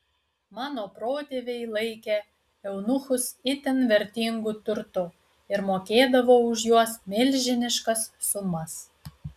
mano protėviai laikė eunuchus itin vertingu turtu ir mokėdavo už juos milžiniškas sumas